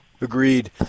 agreed